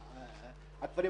מבחינת שכר